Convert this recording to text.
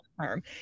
term